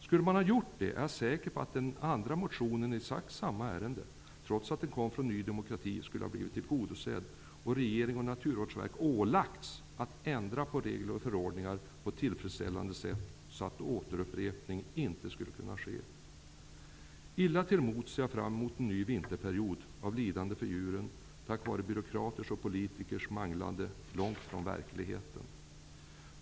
Skulle man ha gjort det, är jag säker på att den andra motionen i samma ärende, trots att den kom från Ny demokrati, skulle ha blivit tillgodosedd och regeringen och Naturvårdsverket skulle ha ålagts att ändra på regler och förordningar på ett tillfredsställande sätt, så att upprepning inte skulle kunna ske. Illa till mods ser jag fram emot en ny vinterperiod av lidande för djuren på grund av byråkraters och politikers manglande långt från verkligheten.